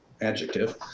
adjective